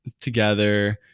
together